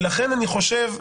ולכן אני חושב,